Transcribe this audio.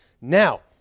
Now